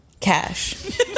Cash